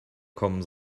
kommen